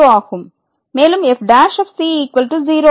மேலும் fc0 ஆகும்